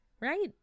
Right